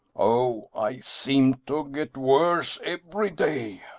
oh, i seem to get worse every day.